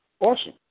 Awesome